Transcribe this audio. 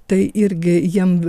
tai irgi jiem